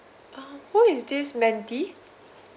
uh who is this mandy